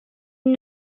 une